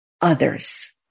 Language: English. others